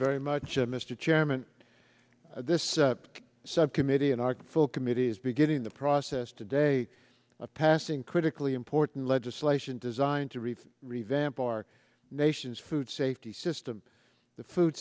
very much mr chairman this subcommittee and our full committee is beginning the process today of passing critically important legislation designed to reach revamp our nation's food safety system the food